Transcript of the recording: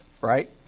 right